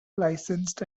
licensed